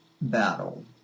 battle